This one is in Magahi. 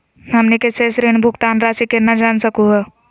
हमनी के शेष ऋण भुगतान रासी केना जान सकू हो?